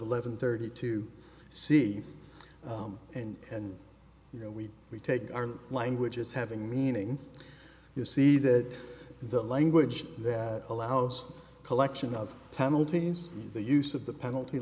eleven thirty to see and and you know we we take our language as having meaning you see that the language that allows collection of penalties the use of the penalty